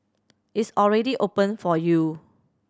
it's already open for you